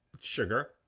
sugar